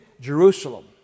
Jerusalem